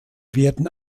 werden